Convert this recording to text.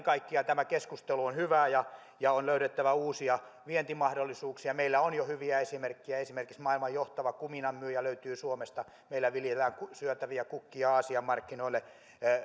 kaikkiaan tämä keskustelu on hyvää ja ja on löydettävä uusia vientimahdollisuuksia meillä on jo hyviä esimerkkejä esimerkiksi maailman johtava kuminan myyjä löytyy suomesta meillä viljellään syötäviä kukkia aasian markkinoille